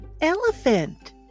elephant